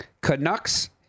Canucks